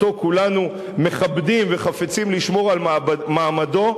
שאותו כולנו מכבדים וחפצים לשמור על מעמדו,